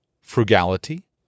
frugality